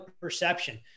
perception